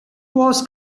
was